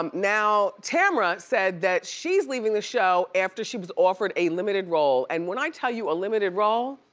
um now tamra said that she's leaving the show after she was offered a limited role, and when i tell you a limited role,